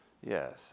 Yes